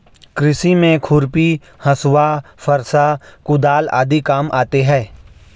कृषि में खुरपी, हँसुआ, फरसा, कुदाल आदि काम आते है